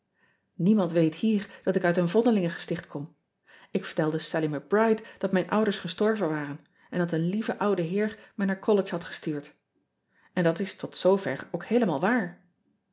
iemand weet hier dat ik uit een vondelingengesticht kom k vertelde allie c ride dat mijn ouders gestorven waren en dat een lieve oude heer mij naar ollege had gestuurd n dat is tot zoover ook heelemaal waar